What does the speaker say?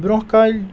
برٛونٛہہ کالہِ